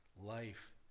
Life